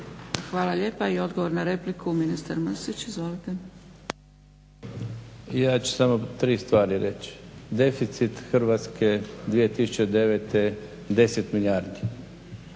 Hvala lijepa. Odgovor na repliku ministar Mirando Mrsić. **Mrsić, Mirando (SDP)** Ja ću samo tri stvari reći. Deficit Hrvatske 2009. 10 milijardi,